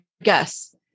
guess